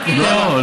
בטבע.